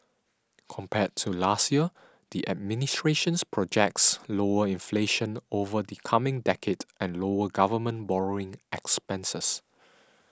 compared with last year the administration projects lower inflation over the coming decade and lower government borrowing expenses